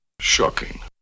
Shocking